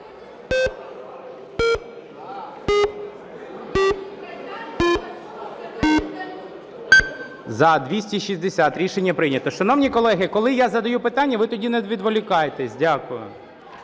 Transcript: За-260 Рішення прийнято. Шановні колеги, коли я задаю питання, ви тоді не відволікайтесь. Дякую.